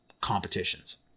competitions